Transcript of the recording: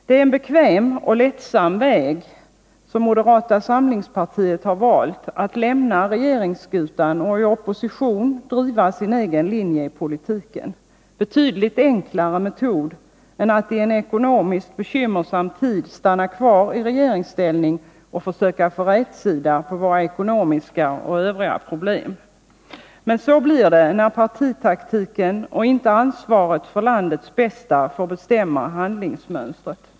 Det är en bekväm och lättsam väg som moderata samlingspartiet har valt, att lämna regeringsskutan och i opposition driva sin egen linje i politiken — en betydligt enklare metod än att i en ekonomiskt bekymmersam tid stanna kvar i regeringsställning och försöka få rätsida på våra ekonomiska och övriga problem. Men så blir det när partitaktiken och inte ansvaret för landets bästa får bestämma handlingsmönstret.